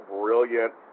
brilliant